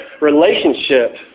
relationship